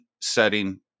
setting